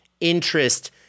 interest